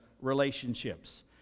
relationships